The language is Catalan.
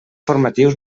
formatius